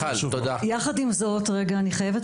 יחד עם זאת, אני חייבת